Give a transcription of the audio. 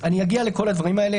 אני אגיע לכל הדברים האלה,